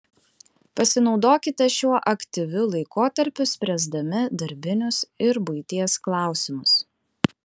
pasinaudokite šiuo aktyviu laikotarpiu spręsdami darbinius ir buities klausimus